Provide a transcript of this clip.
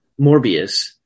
Morbius